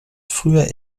früher